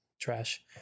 trash